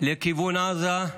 לכיוון עזה,